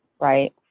right